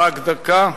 רק דקה.